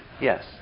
Yes